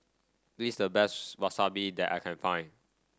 this is the best Wasabi that I can find